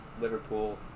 Liverpool